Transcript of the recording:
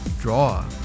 Draw